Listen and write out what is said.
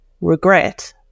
regret